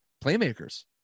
playmakers